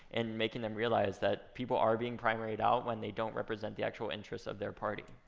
and making them realize that people are being primaried out when they don't represent the actual interest of their party.